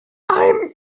coming